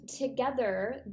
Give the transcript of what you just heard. together